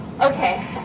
Okay